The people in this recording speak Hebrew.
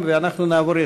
חברי